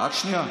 רק שנייה,